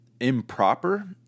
improper